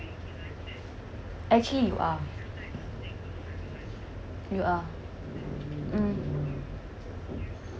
actually you are you are mm